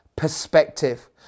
perspective